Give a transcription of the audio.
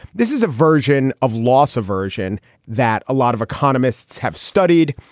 this is a version of loss aversion that a lot of economists have studied.